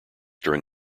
during